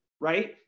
right